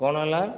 କ'ଣ ହେଲା